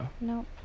Nope